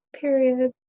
Period